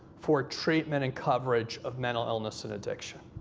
for treatment and coverage of mental illness and addiction.